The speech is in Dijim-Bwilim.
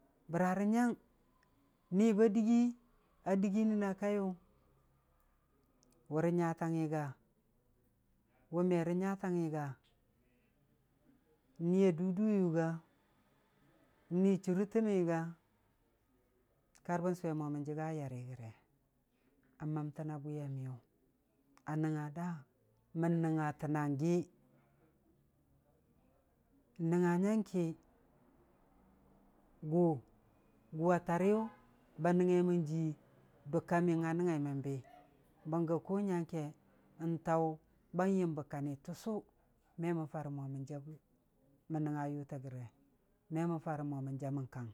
Bərə rə nyang ni ba dɨgii, a dɨgii nəna kaiyʊ, wʊ rə nyatang. ngi ga, wʊ me tə nyatangngi ga, n'niya duu- duwiyʊ-ga, n'ni chuurə təmmi ga, kar hən sʊwe mo mən jəga yari rə ge, n'mərtəna bwiya miyʊ, a nəngnga da mən nəngnga təng gi, n'nəngnga nyang ki, gʊ, gʊwa tariyʊ ba nəngngaimən jii dʊk ka miyəng a nəngngaimən bi, bənggə kʊ nyang nyəng ke n'taʊ bam yəm bə kani təssʊ me mən farə mo mən jaʊbwi mən nəngnga yʊtə gəre me mən farə mo mingemin ka.